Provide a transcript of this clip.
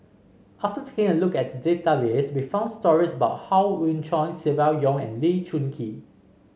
after taking a look at the database we found stories about Howe Yoon Chong Silvia Yong and Lee Choon Kee